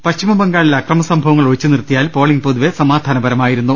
പശ്ചിമബംഗാളിലെ അക്രമ സംഭവങ്ങൾ ഒഴിച്ചുനിർത്തിയാൽ പോളിംഗ് പൊതുവെ സമാധാനപരമായിരുന്നു